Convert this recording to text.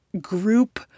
group